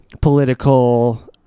political